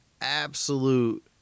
absolute